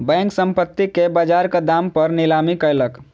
bank, संपत्ति के बजारक दाम पर नीलामी कयलक